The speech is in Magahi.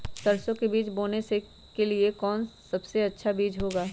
सरसो के बीज बोने के लिए कौन सबसे अच्छा बीज होगा?